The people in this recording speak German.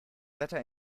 wetter